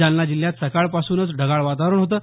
जालना जिल्ह्यात सकाळपासून ढगाळ वातावरण होतं